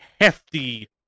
hefty